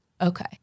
Okay